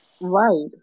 right